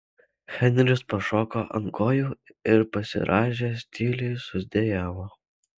henris pašoko ant kojų ir pasirąžęs tyliai sudejavo